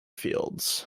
fields